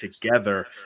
together